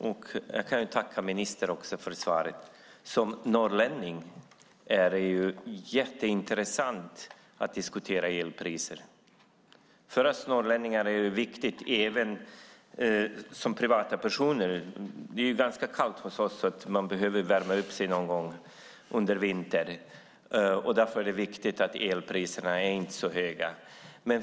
Herr talman! Jag tackar ministern för svaret. Som norrlänning är det jätteintressant att diskutera elpriser. För oss norrlänningar är de viktiga, också som privatpersoner. Det är ganska kallt hos oss och man behöver värma sig under vintern. Därför är det viktigt att elpriserna inte är så höga.